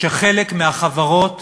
שחלק מהחברות